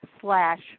slash